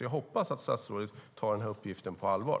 Jag hoppas att statsrådet tar uppgiften på allvar.